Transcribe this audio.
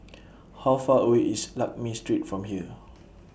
How Far away IS Lakme Street from here